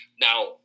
Now